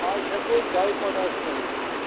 آز ہٮ۪کو أسۍ ڈاے پوٚٹیش ترٛٲیِتھ